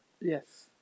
Yes